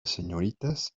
señoritas